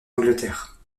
angleterre